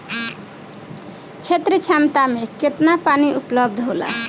क्षेत्र क्षमता में केतना पानी उपलब्ध होला?